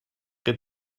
près